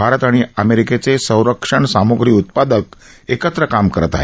भारत आणि अमेरिकेचे संरक्षण सामुग्री उत्पादक एकत्र काम करत आहेत